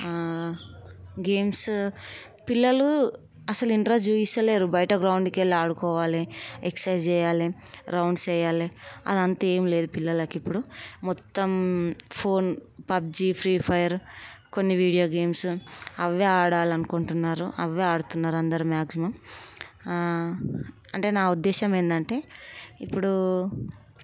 games పిల్లలు అసలు interest చూపిస్తాలేరు బయట గ్రౌండ్కి వెళ్ళి ఆడుకోవాలి ఎక్సర్సైజెస్ చేయాలి రౌండ్స్ చేయాలి అది అంత ఏం లేదు పిల్లలకి ఇప్పుడు మొత్తం ఫోన్ పబ్జీ ఫ్రీ ఫైర్ కొన్ని వీడియో గేమ్స్ అవి ఆడాలి అనుకుంటున్నారు అవి ఆడుతున్నారు అందరు మాక్సిమం అంటే నా ఉద్దేశం ఏంటంటే ఇప్పుడు